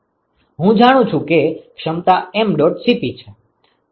હું જાણું છું કે ક્ષમતા mdot Cp છે